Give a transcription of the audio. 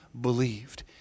believed